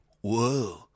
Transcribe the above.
whoa